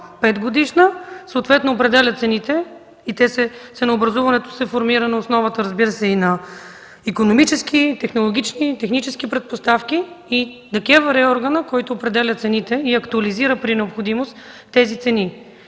петгодишна, съответно определя цените, ценообразуването се формира на основата и на икономически, технологични, технически предпоставки и ДКЕВР е органът, който определя цените и актуализира при необходимост тези цени.